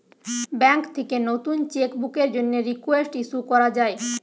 bank থেকে নতুন cheque বুকের জন্যে রিকোয়েস্ট ইস্যু করা যায়